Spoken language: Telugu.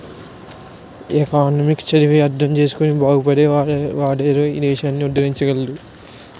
ఎకనామిక్స్ చదివి అర్థం చేసుకుని బాగుపడే వాడేరోయ్ దేశాన్ని ఉద్దరించగలడు